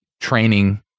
training